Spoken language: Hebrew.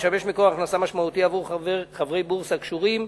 המשמש מקור הכנסה משמעותי עבור חברי בורסה קשורים,